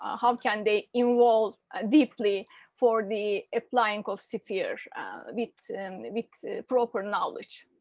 ah um can they involved deeply for the applying of sphere with proper knowledge?